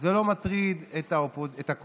זה לא מטריד את הקואליציה,